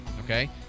Okay